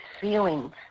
feelings